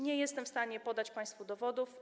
Nie jestem w stanie podać państwu dowodów.